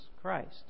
Christ